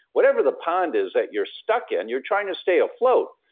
whatever the pond is that you're stuck in, you're trying to stay afloat,